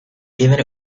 given